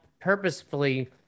purposefully